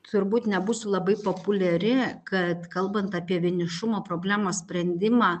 turbūt nebūsiu labai populiari kad kalbant apie vienišumo problemos sprendimą